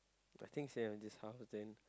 I think same just half day